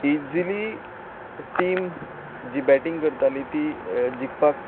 easily team जी batting करताली ती जिखपाक